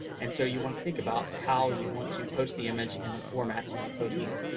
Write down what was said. and so you want to think about how you want to post the image and the format you want to post in.